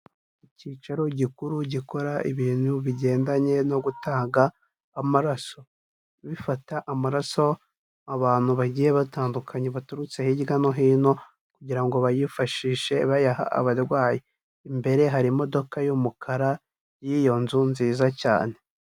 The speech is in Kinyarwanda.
Icyicaro gikuru gikora ibintu bigendanye no gutanga amaraso. Bifata amaraso abantu bagiye batandukanye baturutse hirya no hino kugira ngo bayifashishe bayaha abarwayi. Imbere hari imodoka y'umukara y'iyo nzu nziza cyane.